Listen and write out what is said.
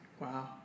Wow